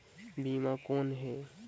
बीमा कौन है?